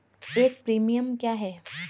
एक प्रीमियम क्या है?